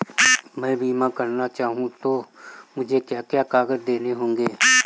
मैं बीमा करना चाहूं तो मुझे क्या क्या कागज़ देने होंगे?